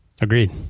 Agreed